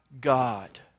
God